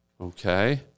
Okay